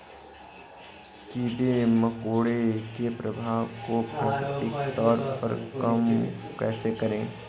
कीड़े मकोड़ों के प्रभाव को प्राकृतिक तौर पर कम कैसे करें?